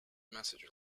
message